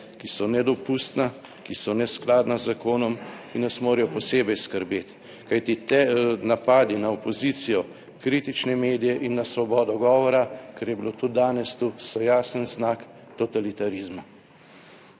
ki so nedopustna, ki so neskladna z zakonom in nas morajo posebej skrbeti. Kajti ti napadi na opozicijo, kritične medije in na svobodo govora, kar je bilo tudi danes tu, so jasen znak totalitarizma.